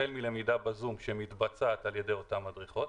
החל מלמידה ב-זום שמתבצעת על ידי אותן מדריכים,